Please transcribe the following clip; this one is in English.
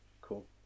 Cool